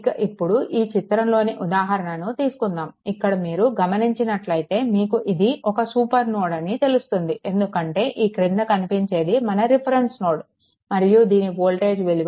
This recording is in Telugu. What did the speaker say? ఇక ఇప్పుడు ఈ చిత్రంలోని ఉదాహరణను తీసుకుందాము ఇక్కడ మీరు గమనించినట్లైతే మీకు ఇది ఒక సూపర్ నోడ్ అని తెలుస్తుంది ఎందుకంటే ఈ క్రింద కనిపించేది మన రిఫరెన్స్ నోడ్ మరియు దీని వోల్టేజ్ విలువ V0 సున్నాకి సమానం